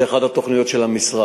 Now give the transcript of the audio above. זאת אחת התוכניות של המשרד.